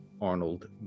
Arnold